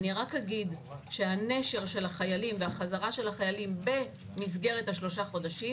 אני רק אגיד שהנשר של החיילים והחזרה של החיילים במסגרת ה-3 חודשים,